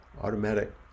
automatic